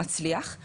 אלא התנתקתי,